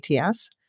ATS